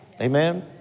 Amen